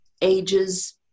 ages